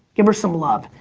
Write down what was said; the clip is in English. give her some love.